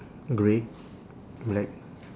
grey black